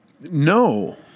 no